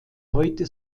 heute